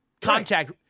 contact